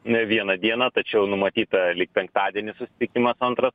ne vieną dieną tačiau numatyta lyg penktadienį susitikimas antras